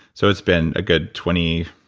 so it's been a good twenty.